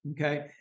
okay